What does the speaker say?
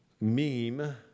meme